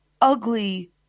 ugly